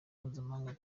mpuzamahanga